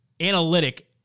analytic